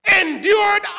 endured